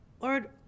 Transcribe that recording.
Lord